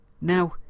Now